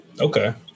Okay